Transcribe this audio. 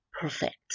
perfect